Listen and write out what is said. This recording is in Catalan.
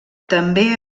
també